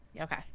Okay